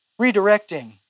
redirecting